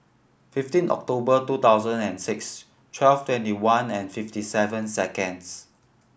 fifteen October two thousand and six twelve twenty one and fifty seven seconds